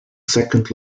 second